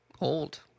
old